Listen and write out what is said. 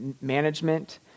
management